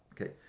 Okay